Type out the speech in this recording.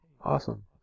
awesome